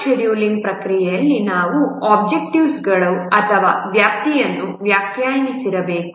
project scheduling ಪ್ರಕ್ರಿಯೆಯಲ್ಲಿ ನಾವು ಒಬ್ಜೆಕ್ಟಿವ್ಸ್ಗಳು ಅಥವಾ ವ್ಯಾಪ್ತಿಯನ್ನು ವ್ಯಾಖ್ಯಾನಿಸಿರಬೇಕು